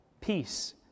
peace